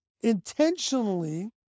intentionally